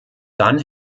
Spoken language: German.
dann